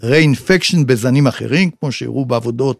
רה-אינפקשן בזנים אחרים כמו שהראו בעבודות